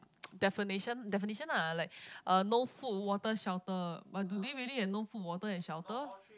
definition definition lah like uh no food water shelter but do they really have no food water and shelter